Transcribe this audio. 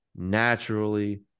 naturally